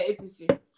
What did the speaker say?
apc